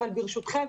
אבל ברשותכם,